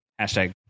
Hashtag